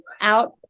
out